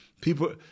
people –